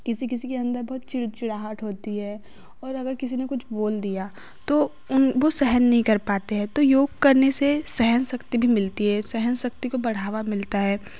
किसी किसी के अन्दर बहुत चिड़ चिड़आहट होती है और अगर किसी ने कुछ बोल दिया तो उन वे सहन नहीं कर पाते हैं तो योग करने से सहन शक्ति भी मिलती है सहन शक्ति को बढ़ावा मिलता है